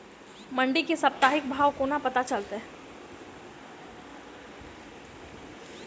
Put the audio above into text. मंडी केँ साप्ताहिक भाव कोना पत्ता चलतै?